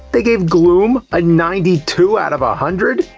they gave gloom, a ninety two out of a hundred!